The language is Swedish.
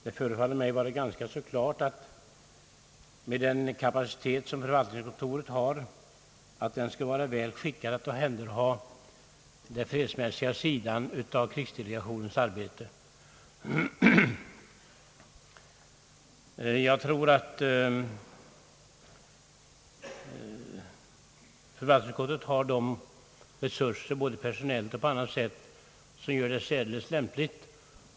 Det förefaller mig vara ganska klart att förvaltningskontoret med sin kapacitet skall vara väl skickat att omhänderha den fredsmässiga sidan av krigsdelegationens arbete. Jag tror att förvaltningskontoret har de personella och andra resurser som gör det särdeles lämpligt.